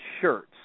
shirts